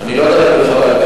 אני לא יודע להגיד לך בעל-פה,